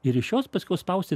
ir iš jos paskiau spausti